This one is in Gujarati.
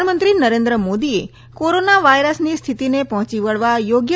પ્રધાનમંત્રી નરેન્દ્ર મોદીએ કોરોના વાયરસની સ્થિતિને પહોંચી વળવા યોગ્ય